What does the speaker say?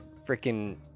freaking